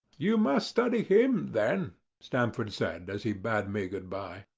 you must study him, then, stamford said, as he bade me good-bye.